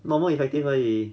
normal effective 而已